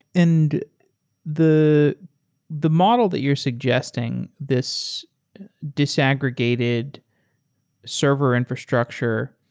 and the the model that you're suggesting, this disaggregated server infrastructure,